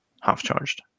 half-charged